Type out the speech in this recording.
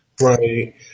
Right